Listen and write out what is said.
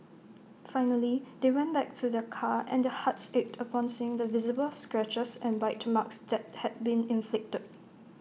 finally they went back to their car and their hearts ached upon seeing the visible scratches and bite marks that had been inflicted